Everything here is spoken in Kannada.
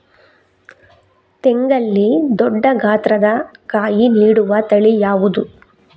ತೆಂಗಲ್ಲಿ ದೊಡ್ಡ ಗಾತ್ರದ ಕಾಯಿ ನೀಡುವ ತಳಿ ಯಾವುದು?